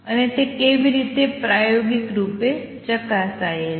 અને તે કેવી રીતે પ્રાયોગિક રૂપે ચકાસાયેલ છે